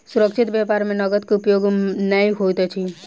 सुरक्षित व्यापार में नकद के उपयोग नै होइत अछि